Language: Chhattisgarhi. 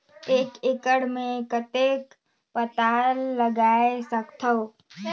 एक एकड़ मे कतेक पताल उगाय सकथव?